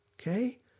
okay